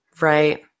Right